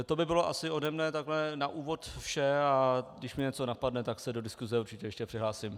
To by bylo asi ode mne takhle na úvod vše, a když mě něco napadne, tak se do diskuse určitě ještě přihlásím.